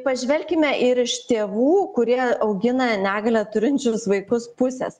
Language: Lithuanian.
pažvelkime ir iš tėvų kurie augina negalią turinčius vaikus pusės